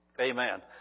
Amen